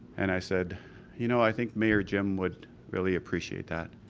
and i said you know, i think mayor jim would really appreciate that.